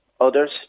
others